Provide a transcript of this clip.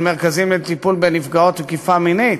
על מרכזים לטיפול בנפגעות תקיפה מינית,